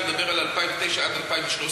אני מדבר על 2009 עד 2013,